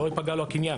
לא ייפגע לו הקניין.